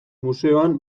museoan